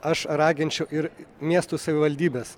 aš raginčiau ir miestų savivaldybes